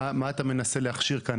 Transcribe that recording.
מה אתה מנסה להכשיר כאן?